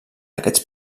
aquests